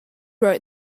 wrote